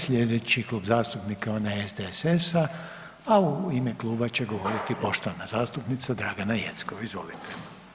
Slijedeći Klub zastupnika je onaj SDSS-a, a u ime kluba će govoriti poštovana zastupnica Dragana Jeckov, izvolite.